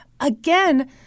again